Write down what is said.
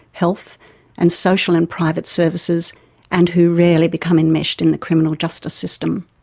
health and social and private services and who rarely become enmeshed in the criminal justice system.